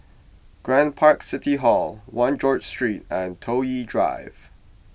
Grand Park City Hall one George Street and Toh Yi Drive